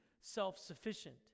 self-sufficient